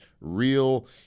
real